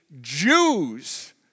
Jews